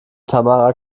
tamara